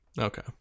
Okay